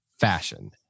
fashion